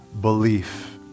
belief